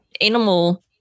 animal